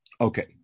Okay